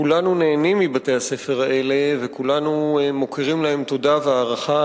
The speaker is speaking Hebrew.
כולנו נהנים מבתי-הספר האלה וכולנו מכירים להם תודה והערכה.